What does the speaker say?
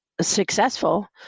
successful